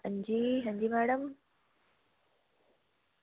अंजी अंजी मैडम